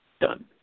Done